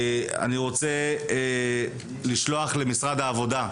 אני רוצה לשלוח למשרד העבודה,